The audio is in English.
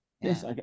yes